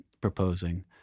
proposing